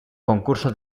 concurso